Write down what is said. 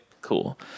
cool